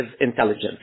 intelligence